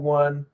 one